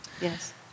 Yes